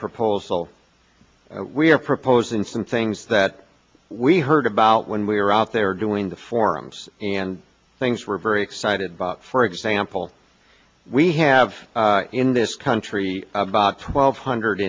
proposal we're proposing some things that we heard about when we were out there doing the forums and things we're very excited by for example we have in this country about twelve hundred